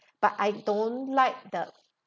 but I don't like the